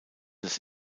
des